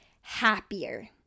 happier